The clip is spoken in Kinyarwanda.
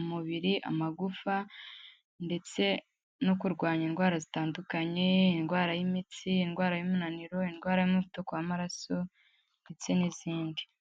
umubiri, amagufa ndetse no kurwanya indwara zitandukanye, indwara y'imitsi, indwara y'umunaniro, indwara y'umuvuduko w'amaraso ndetse n'izindi.